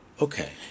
Okay